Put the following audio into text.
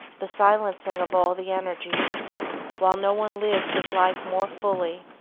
the silencing of all the energies while no one lives his life more fully,